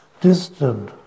distant